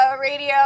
Radio